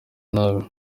nabi